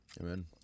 Amen